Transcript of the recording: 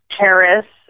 terrorists